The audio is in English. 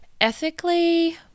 ethically